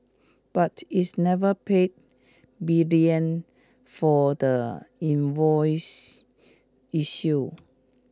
but it's never paid Brilliant for the invoice issue